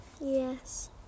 Yes